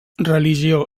religió